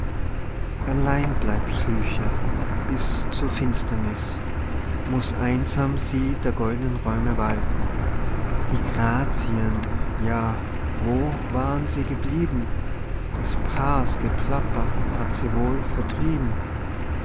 allein bleibt psyche bis zur finsterniß muß einsam sie der gold'nen räume walten die grazien ja wo waren sie geblieben des paars geplapper hat sie wohl vertrieben